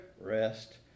rest